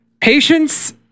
patience